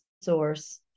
source